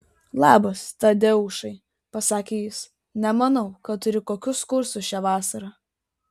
labas tadeušai pasakė jis nemanau kad turi kokius kursus šią vasarą